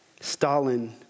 Stalin